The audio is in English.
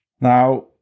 Now